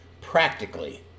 Practically